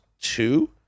two